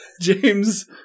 James